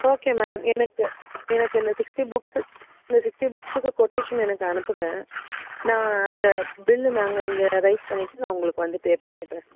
okay madam எனக்கு எனக்கு இந்த சிக்ஸ்ட்டி புக்ஸு இந்த சிக்ஸ்ட்டி புக்ஸுக்கு கொட்டேஷன் எனக்கு அனுப்புங்க நான் அதை பில்லு நாங்கள் இங்கே ரைஸ் பண்ணிவிட்டு நான் உங்களுக்கு வந்து பே பண்ணிடுறேன்